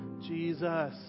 Jesus